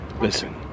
Listen